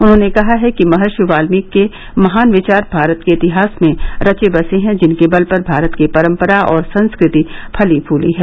उन्होंने कहा है कि महर्षि वाल्मीकि के महान विचार भारत के इतिहास में रचे बसे हैं जिनके बल पर भारत की परंपरा और संस्कृति फली फूली है